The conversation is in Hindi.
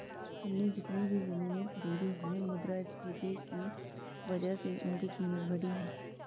हमने जितनी भी जमीनें खरीदी हैं मुद्रास्फीति की वजह से उनकी कीमत बढ़ी है